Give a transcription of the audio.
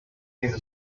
these